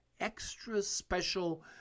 extra-special